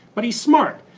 but he's smart.